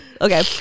Okay